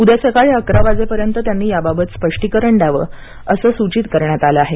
उद्या सकाळी अकरा वाजेपर्यंत त्यांनी याबाबत स्पष्टीकरण द्यावे असं सूचित करण्यात आले आहे